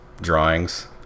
drawings